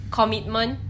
commitment